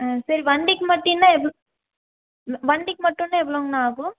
ஆ சரி வண்டிக்கு மட்டின்னா எவ்வளோ வண்டிக்கு மட்டுன்னா எவ்வளோங்கண்ணா ஆகும்